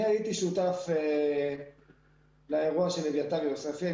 אני הייתי שותף לאירוע של אביתר יוספי.